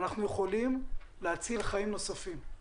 אנחנו יכולים להציל חיים נוספים.